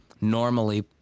normally